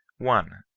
one.